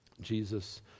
Jesus